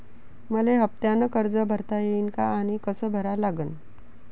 मले हफ्त्यानं कर्ज भरता येईन का आनी कस भरा लागन?